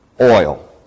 oil